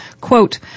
Quote